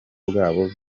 bwabo